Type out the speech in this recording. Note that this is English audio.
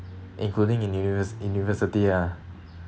including in universe in university ah